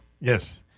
Yes